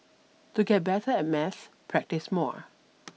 to get better at maths practise more